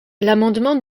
l’amendement